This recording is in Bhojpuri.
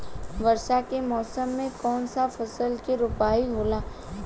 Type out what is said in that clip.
वर्षा के मौसम में कौन सा फसल के रोपाई होला?